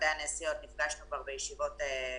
נפגשנו כבר בישיבות קודמות,